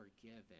forgiven